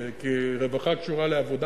כי רווחה קשורה לעבודה,